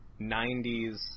90s